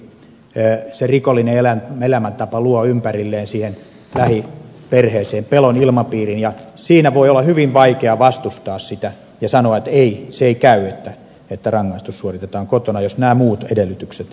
se rikollinen elämäntapa luo ympärilleen siihen lähiperheeseen pelon ilmapiirin ja siinä voi olla hyvin vaikea vastustaa sitä ja sanoa että ei se ei käy että rangaistus suoritetaan kotona jos nämä muut edellytykset täyttyvät